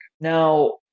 Now